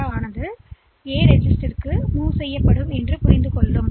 எனவே அதுதான் இன்ஸ்டிரக்ஷன்லில் செய்யப்படுகிறது